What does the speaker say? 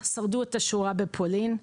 שרדו את השואה בפולין,